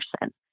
person